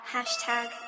Hashtag